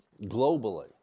globally